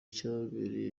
cyabereye